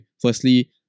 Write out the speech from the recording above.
firstly